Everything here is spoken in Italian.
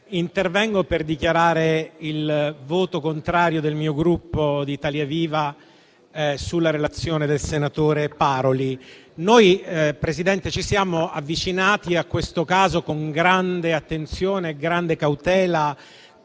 intervengo per dichiarare il voto contrario del Gruppo Italia Viva sulla relazione del senatore Paroli. Ci siamo avvicinati a questo caso con grande attenzione e grande cautela,